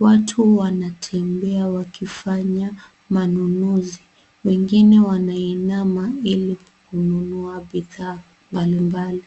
Watu wanatembea wakifanya manunuzi. Wengine wanainama ili kununua bidhaa mbalimbali.